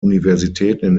universitäten